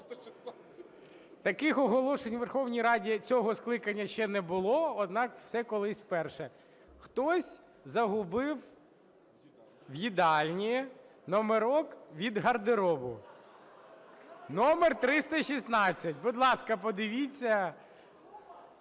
Таких оголошень у Верховній Раді цього скликання ще не було, однак все колись вперше. Хтось загубив в їдальні номерок від гардеробу № 316. Будь ласка, подивіться.